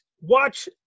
Watch